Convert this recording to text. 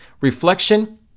reflection